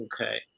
okay